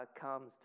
comes